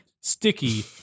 Sticky